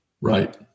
Right